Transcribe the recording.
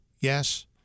yes